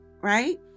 right